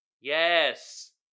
yes